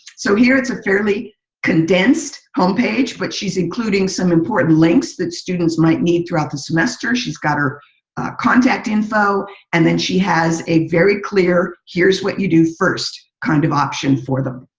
so here, it's a fairly condensed home page which is including some important links that students might need throughout the semester. she's got our contact info, and then she has a very clear here is what you do first kind of option for them.